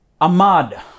Ahmad